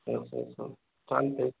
हो हो हो चालत आहे